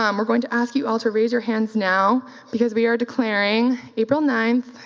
um we're going to ask you all to raise your hands now because we are declaring april ninth,